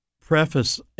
preface